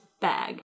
bag